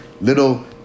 little